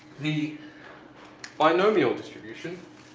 the binomial distribution